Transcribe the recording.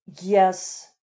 yes